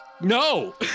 No